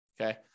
Okay